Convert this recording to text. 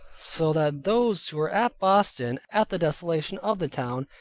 so that those who were at boston at the desolation of the town,